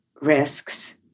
risks